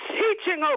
teaching